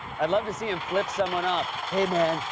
i'd love to see him flip someone off. hey, man,